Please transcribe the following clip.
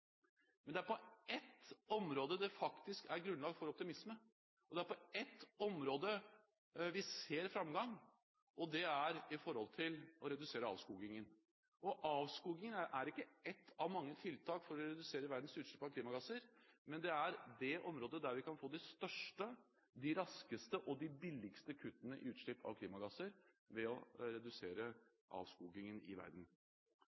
Men på ett område er det faktisk grunnlag for optimisme, og det er på ett område vi ser framgang, og det er i forhold til å redusere avskogingen. Avskoging er ikke ett av mange tiltak for å redusere verdens utslipp av klimagasser, men ved å redusere avskogingen i verden kan vi få de største, de raskeste og de billigste kuttene i utslipp av klimagasser. Den reduserte avskogingen som vi nå ser i